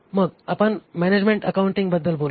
मग आपण management accounting बद्दल बोलू